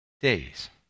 Days